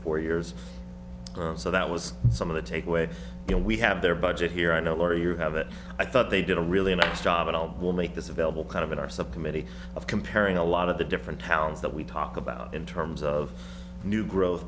four years so that was some of the takeaway you know we have their budget here i know laurie you have it i thought they did a really nice job will make this available kind of in our subcommittee of comparing a lot of the different towns that we talk about in terms of new growth